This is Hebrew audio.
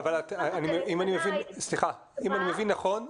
אם אני מבין נכון,